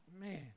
man